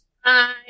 Hi